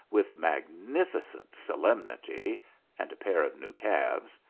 with magnificent solemnity and a pair of new calves,